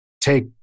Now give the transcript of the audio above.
take